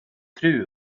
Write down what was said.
fru